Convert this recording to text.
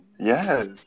Yes